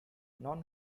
none